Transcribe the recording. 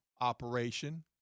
operation